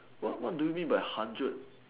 what what do you mean by hundred